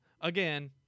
Again